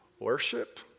worship